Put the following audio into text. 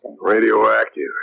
Radioactive